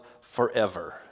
forever